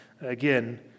Again